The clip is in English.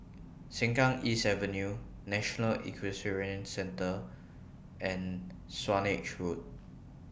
Sengkang East Avenue National Equestrian Centre and Swanage Road